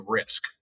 risk